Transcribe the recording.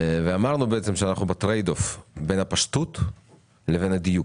אמרנו שאנחנו כל הזמן בטרייד-אוף בין הפשטות לבין הדיוק.